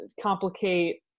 complicate